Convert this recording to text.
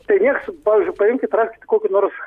tai nieks pavyzdžiui paimkit kokį nors